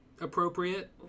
appropriate